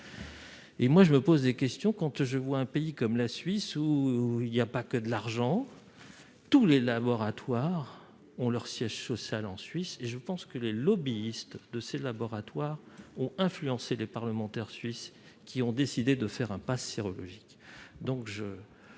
Or je me pose des questions quand j'observe un pays comme la Suisse, où l'on ne trouve pas seulement de l'argent : tous les laboratoires ont leur siège social en Suisse. Mon sentiment est que les lobbyistes de ces laboratoires ont influencé les parlementaires suisses qui ont décidé d'instaurer un passe sérologique.